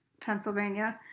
Pennsylvania